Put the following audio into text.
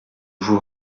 vous